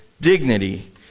dignity